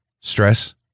Stress